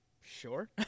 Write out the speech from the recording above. sure